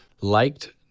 liked